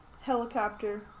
Helicopter